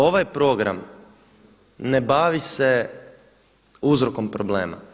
Ovaj program ne bavi se uzrokom problema.